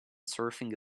surfing